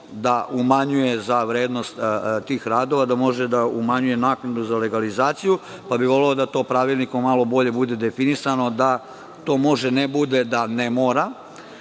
da umanjuje za vrednost tih radova, da može da umanjuje naknadu za legalizaciju, pa bih voleo da to pravilnikom bude malo bolje definisano, da to može da bude, ne mora